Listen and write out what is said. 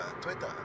Twitter